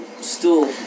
stool